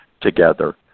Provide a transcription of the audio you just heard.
together